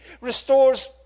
restores